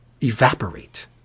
evaporate